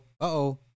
Uh-oh